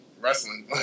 wrestling